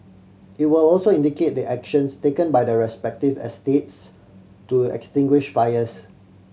it will also indicate the actions taken by the respective estates to extinguish fires